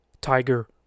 Tiger